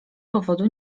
powodu